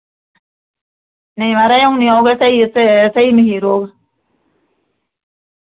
नेईं माराज अ'ऊं निं ओह् ते स्हेई ते स्हेई मखीर होग